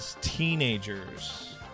teenagers